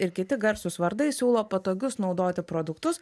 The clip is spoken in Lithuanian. ir kiti garsūs vardai siūlo patogius naudoti produktus